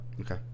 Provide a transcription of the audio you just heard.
Okay